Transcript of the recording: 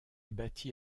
bâtie